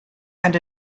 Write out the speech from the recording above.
and